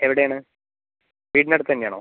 എവിടെ ആണ് വീട്ടിന് അടുത്ത് തന്നെ ആണോ